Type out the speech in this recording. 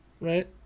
right